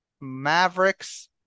Mavericks